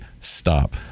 stop